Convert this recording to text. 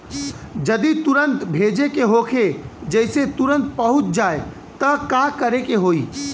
जदि तुरन्त भेजे के होखे जैसे तुरंत पहुँच जाए त का करे के होई?